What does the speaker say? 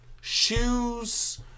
Shoes